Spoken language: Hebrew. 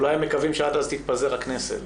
אולי הם מקווים שעד אז תתפזר הכנסת.